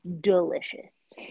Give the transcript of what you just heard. delicious